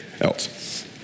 else